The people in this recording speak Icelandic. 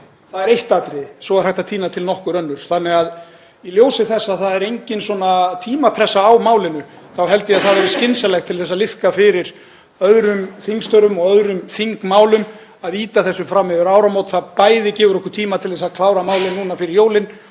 Það er eitt atriði. Svo er hægt að tína til nokkur önnur. Í ljósi þess að það er engin tímapressa á málinu þá held ég að það væri skynsamlegt, til að liðka fyrir öðrum þingstörfum og öðrum þingmálum, að ýta þessu fram yfir áramót. Það gefur okkur bæði tíma til að klára málin núna fyrir jólin